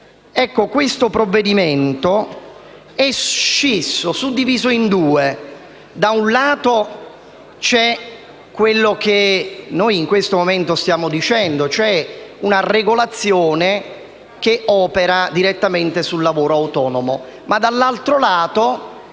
Questo provvedimento è scisso, suddiviso in due: da un lato c’è quello che stiamo dicendo in questo momento, e cioè una regolazione che opera direttamente sul lavoro autonomo, ma dall’altro vi